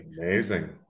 Amazing